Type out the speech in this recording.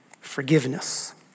forgiveness